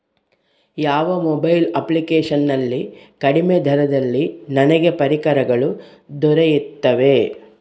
ಯಾವ mobile application ನಲ್ಲಿ ಕಡಿಮೆ ದರದಲ್ಲಿ ನನಗೆ ಪರಿಕರಗಳು ದೊರೆಯುತ್ತವೆ?